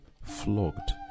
flogged